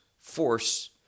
force